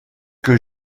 que